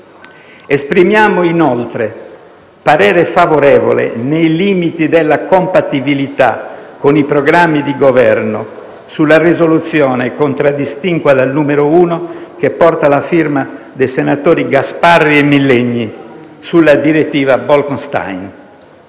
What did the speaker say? Esprimiamo, inoltre, parere favorevole nei limiti della compatibilità con i programmi di governo sulla risoluzione contraddistinta dal numero 1, che porta la firma dei senatori Gasparri e altri sulla direttiva Bolkestein.